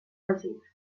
baizik